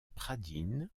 pradines